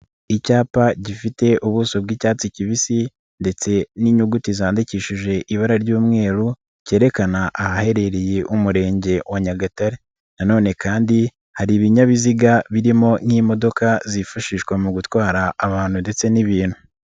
Icyapa gifite ubuso bw'icyatsi kibisi ndetse n'inyuguti zandikishije ibara ry'umweru cyerekana ahaherereye Umurenge wa Nyagatare, nanone kandi hari ibinyabiziga birimo nk'imodoka zifashishwa mu gutwara abantu ndetse n'ibintu.